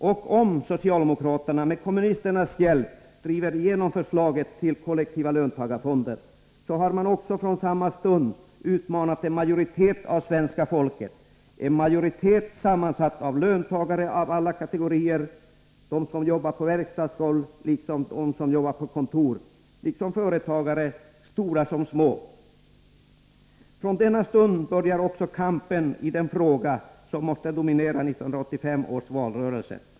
Om socialdemokraterna med kommunisternas hjälp driver igenom förslaget till kollektiva löntagarfonder, har de också från samma stund utmanat en majoritet av svenska folket. Den majoriteten är sammansatt av löntagare av alla kategorier: de som arbetar på verkstadsgolv liksom de som arbetar på kontor samt företagare, stora och små. Från denna stund börjar kampen i den fråga som måste dominera 1985 års valrörelse.